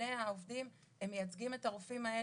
ארגוני העובדים הם מייצגים את הרופאים האלה,